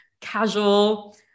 casual